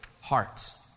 hearts